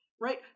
right